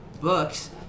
books